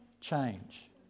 change